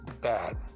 bad